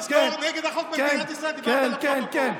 אדוני היושב-ראש, הוא אמר שגנבתי כספי ציבור.